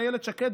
מאילת שקד,